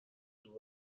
دور